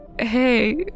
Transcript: hey